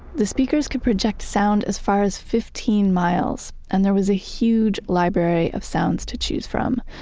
the speakers could project sound as far as fifteen miles and there was a huge library of sounds to choose from.